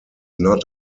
not